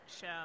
show